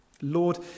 Lord